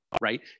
Right